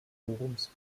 forums